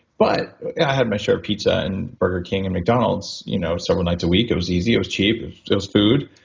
but and i had my share of pizza and burger king and mcdonalds you know several nights a week. it was easy. it was cheap. it was food.